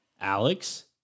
Alex